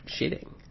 shitting